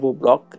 block